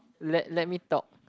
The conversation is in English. let let me talk